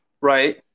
Right